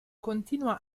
continua